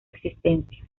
existencia